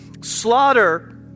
Slaughter